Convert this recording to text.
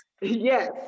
Yes